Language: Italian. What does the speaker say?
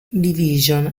division